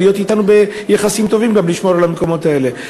להיות אתנו ביחסים טובים וגם לשמור על המקומות האלה.